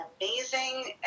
amazing